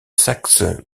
saxe